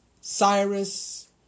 Cyrus